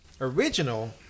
Original